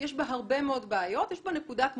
יש בה הרבה בעיות, יש בה נקודת מוצא.